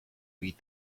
read